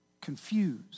Confused